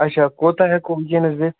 اَچھا کوتاہ ہٮ۪کو وٕنۍکٮ۪نَس دِتھ